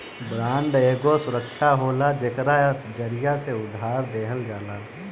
bond एगो सुरक्षा होला जेकरा जरिया से उधार देहल जाला